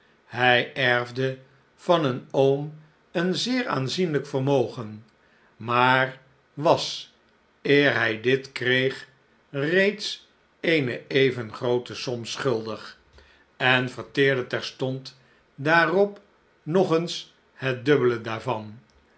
hij erfde van een oom een zeer aanzienlijk vermogen maar was eer hn dit kreeg reeds eene evengroote som schuldig en verteerde terstond daarop nog eens het dubbele daarvan